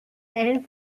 and